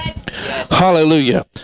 Hallelujah